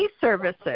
services